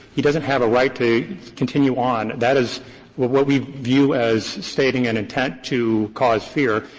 he doesn't have a right to continue on. that is what what we view as stating an intent to cause fear.